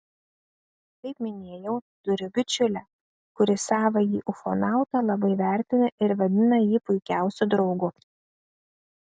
kaip minėjau turiu bičiulę kuri savąjį ufonautą labai vertina ir vadina jį puikiausiu draugu